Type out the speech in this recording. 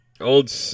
old